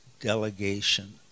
delegation